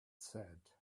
said